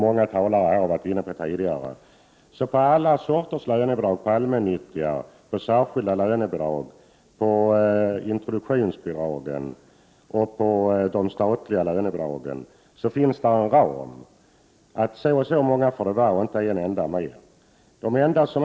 För alla lönebidrag — allmännyttiga bidrag, särskilda lönebidrag, introduktionsbidrag och de statliga lönebidragen — finns det en ram.